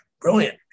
brilliant